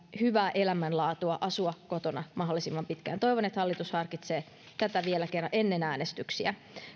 hyvää elämänlaatua mahdollisuutta asua kotona mahdollisimman pitkään toivon että hallitus harkitsee tätä vielä kerran ennen äänestyksiä